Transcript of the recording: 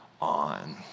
on